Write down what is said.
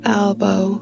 elbow